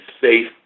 safe